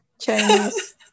Chinese